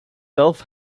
self